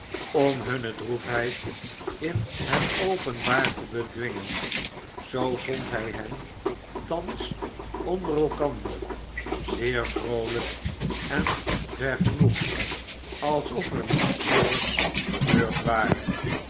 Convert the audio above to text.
om hunne droefheid in het openbaar te bedwingen zoo vond hij hen thans onder elkander zeer vroolijk en vergenoegd alsof er niets droevigs gebeurd ware